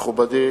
מכובדי